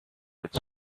its